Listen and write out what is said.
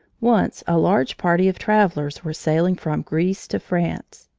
once a large party of travelers were sailing from greece to france.